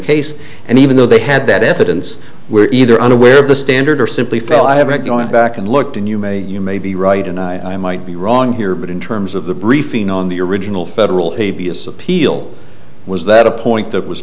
case and even though they had that evidence we're either unaware of the standard or simply fell out of it going back and looked and you may you may be right and i might be wrong here but in terms of the briefing on the original federal hate b s appeal was that a point that was